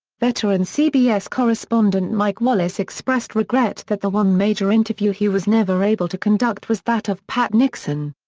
veteran cbs correspondent mike wallace expressed regret that the one major interview he was never able to conduct was that of pat nixon.